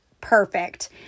perfect